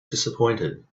disappointed